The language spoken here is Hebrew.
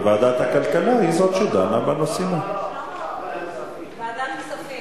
ועדת הכלכלה היא זאת שדנה בנושאים --- ועדת הכספים.